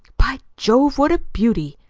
by jove, what a beauty!